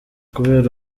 kubera